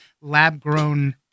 lab-grown